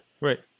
Right